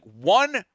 one